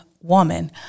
woman